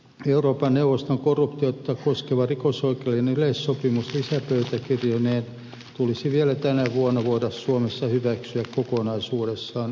euroopan neuvoston korruptiota koskeva rikosoikeudellinen yleissopimus lisäpöytäkirjoineen tulisi vielä tänä vuonna voida suomessa hyväksyä kokonaisuudessaan ilman varaumia